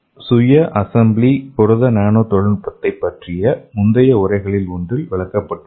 சுய அசெம்பிளி புரத நானோ தொழில்நுட்பத்தைப் பற்றிய முந்தைய உரைகளில் ஒன்றில் விளக்கப்பட்டுள்ளது